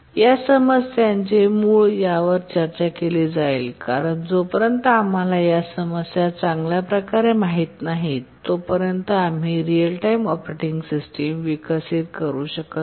या समस्यांचे मूळ यावर चर्चा केली जाईल कारण जोपर्यंत आम्हाला या समस्या चांगल्या प्रकारे माहित नाहीत तोपर्यंत आम्ही रिअल टाइम ऑपरेटिंग सिस्टम विकसित करू शकत नाही